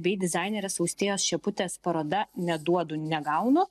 jei bei dizainerės austėjos šeputės paroda neduodu negaunu